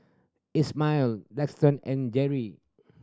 Ishmael Daxton and Jere